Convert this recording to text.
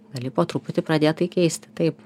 gali po truputį pradėt tai keisti taip